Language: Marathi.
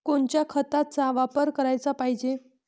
कोनच्या खताचा वापर कराच पायजे?